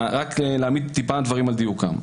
אני רוצה להעמיד דברים על דיוקם.